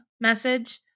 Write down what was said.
message